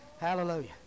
Hallelujah